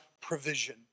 provision